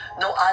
no